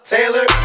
Taylor